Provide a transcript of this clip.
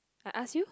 I ask you